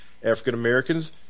African-Americans